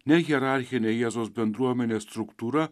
ne hierarchinė jėzaus bendruomenės struktūra